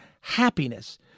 happiness